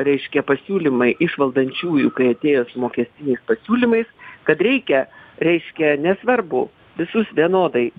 reiškia pasiūlymai iš valdančiųjų kai atėjo su mokestiniais pasiūlymais kad reikia reiškia nesvarbu visus vienodai